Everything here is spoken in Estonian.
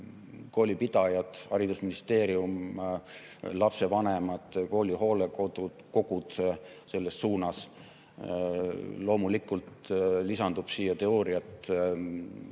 koolipidajad, haridusministeerium, lapsevanemad, kooli hoolekogud selles suunas. Loomulikult lisandub siia teooriat,